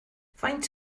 faint